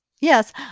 yes